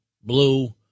blue